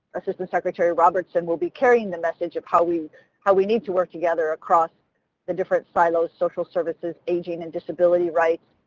assistant secretary robertson will be carrying the message of how we how we need to work together across the different silos, social services, aging, and disability rights,